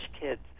kids